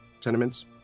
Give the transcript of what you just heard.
tenements